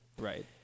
right